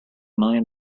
million